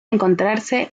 encontrarse